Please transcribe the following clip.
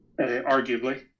arguably